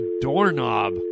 doorknob